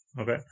okay